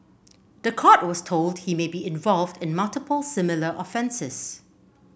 the court was told he may be involved in multiple similar offences